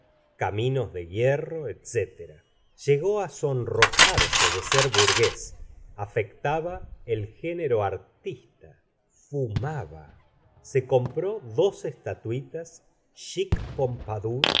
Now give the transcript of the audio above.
caminos de hierro etc llegó á sonrojarse de ser hurgues afectaba el género artista fumaba se compró dos estatuitas